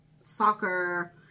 soccer